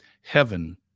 heaven